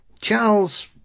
Charles